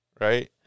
right